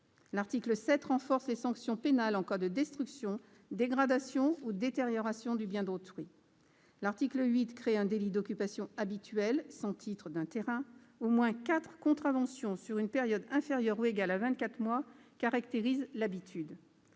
L'article 7 renforce les sanctions pénales en cas de destructions, dégradations ou détériorations du bien d'autrui. L'article 8 crée un délit d'occupation habituelle sans titre d'un terrain : au moins quatre contraventions sur une période inférieure ou égale à vingt-quatre mois caractérisent l'habitude.